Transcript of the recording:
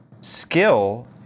skill